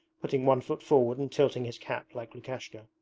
putting one foot forward and tilting his cap like lukashka.